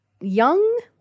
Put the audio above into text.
young